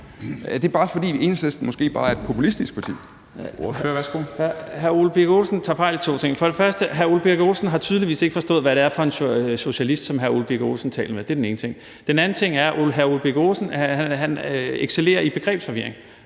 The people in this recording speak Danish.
(Henrik Dam Kristensen): Ordføreren, værsgo. Kl. 13:54 Rune Lund (EL): Hr. Ole Birk Olesen tager fejl i to ting. For det første: Hr. Ole Birk Olesen har tydeligvis ikke forstået, hvad det er for en socialist, som hr. Ole Birk Olesen taler med. Det er den ene ting. Den anden ting er, at hr. Ole Birk Olesen excellerer i begrebsforvirring.